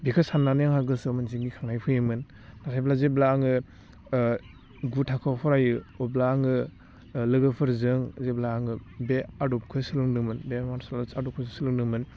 बेखौ साननानै आंहा गोसोआव मोनसे गिखांनाय फैयोमोन नाथायब्ला जेब्ला आङो गु थाखोआव फरायो अब्ला आङो लोगोफोरजों जेब्ला आङो बे आदबखौ सोलोंदोंमोन बे आदबखौ सोलोंदोंमोन